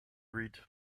read